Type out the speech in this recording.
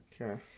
Okay